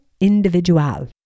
individual